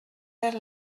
perd